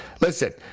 listen